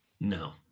No